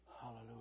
Hallelujah